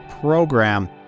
program